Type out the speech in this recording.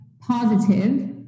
positive